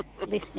listening